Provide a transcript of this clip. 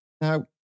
Now